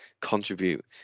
contribute